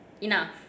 Enough